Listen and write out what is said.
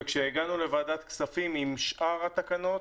וכשהגענו לוועדת הכספים עם שאר התקנות